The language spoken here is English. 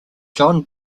john